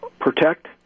protect